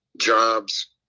jobs